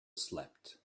slept